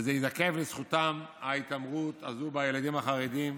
וזה ייזקף לזכותם, ההתעמרות הזו בילדים החרדים.